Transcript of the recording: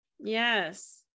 yes